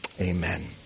Amen